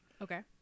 Okay